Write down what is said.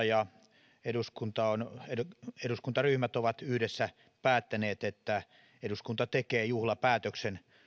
ja eduskuntaryhmät ovat yhdessä päättäneet että eduskunta tekee juhlapäätöksen